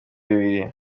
bibiri